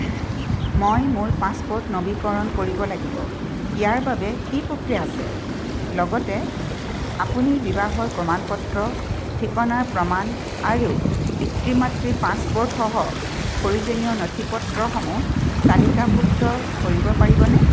মই মোৰ পাছপ'ৰ্ট নৱীকৰণ কৰিব লাগিব ইয়াৰ বাবে কি প্ৰক্ৰিয়া আছে লগতে আপুনি বিবাহৰ প্ৰমাণপত্ৰ ঠিকনাৰ প্ৰমাণ আৰু পিতৃ মাতৃৰ পাছপ'ৰ্টসহ প্ৰয়োজনীয় নথিপত্ৰসমূহ তালিকাভুক্ত কৰিব পাৰিবনে